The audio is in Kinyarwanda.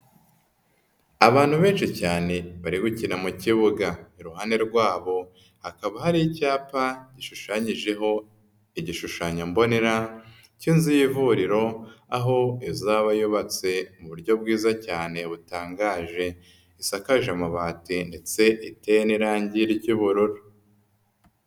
Abantu benshi cyane bari gukina mu kibuga. Iruhande rwabo hakaba hari icyapa gishushanyijeho igishushanyo mbonera cy'inzu y'ivuriro, aho izaba yubatse mu buryo bwiza cyane butangaje, isakaje amabati ndetse iteye irangi ry'ubururu.